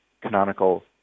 Canonical